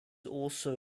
also